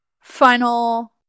final